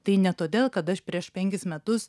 tai ne todėl kad aš prieš penkis metus